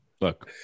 Look